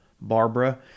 Barbara